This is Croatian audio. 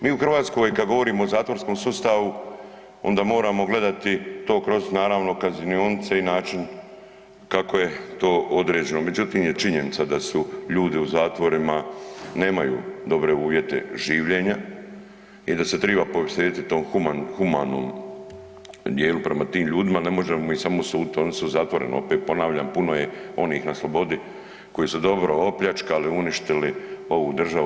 Mi u Hrvatskoj, kad govorimo o zatvorskom sustavu, onda moramo gledati to kroz, naravno, kaznionice i način kako je to određeno, međutim, je činjenica da su ljudi u zatvorima nemaju dobre uvjete življenja i da se treba posvetiti tom humanom dijelu prema tim ljudima, ne možemo mi samo suditi, oni su u zatvoreni, opet ponavljam puno je onih na slobodi koji su dobro opljačkali, uništili ovu državu.